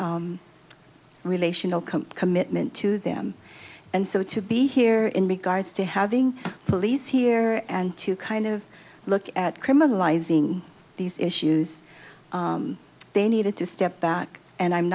relational commitment to them and so to be here in regards to having police here and to kind of look at criminalizing these issues they needed to step back and i'm